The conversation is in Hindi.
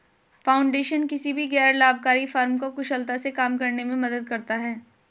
फाउंडेशन किसी भी गैर लाभकारी फर्म को कुशलता से काम करने में मदद करता हैं